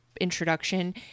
introduction